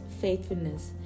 faithfulness